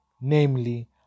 namely